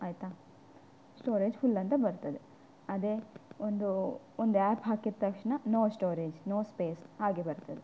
ಆಯಿತಾ storage full ಅಂತ ಬರ್ತದೆ ಅದೇ ಒಂದು ಒಂದು ಆ್ಯಪ್ ಹಾಕಿದ ತಕ್ಷಣ ನೋ ಸ್ಟೋರೇಜ್ ನೋ ಸ್ಪೇಸ್ ಹಾಗೆ ಬರ್ತದೆ